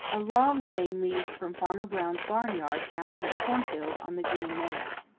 a long lane leads from farmer brown's barnyard down to his cornfield on the green meadows.